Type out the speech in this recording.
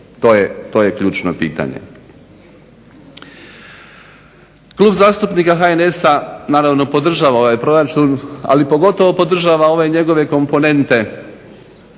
To je ključno pitanje. Klub zastupnika HNS-a naravno podržava ovaj proračun ali pogotovo podržava ove njegove komponente